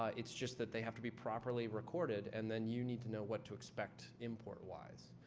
ah it's just that they have to be properly recorded. and then, you need to know what to expect importwise.